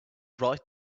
write